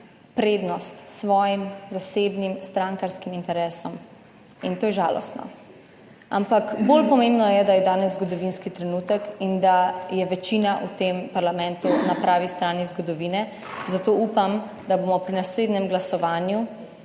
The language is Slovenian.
prednost svojim zasebnim strankarskim interesom, in to je žalostno. Ampak bolj pomembno je, da je danes zgodovinski trenutek in da je večina v tem parlamentu na pravi strani zgodovine. Zato upam, da bomo pri naslednjem glasovanju